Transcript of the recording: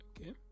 Okay